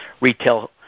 retail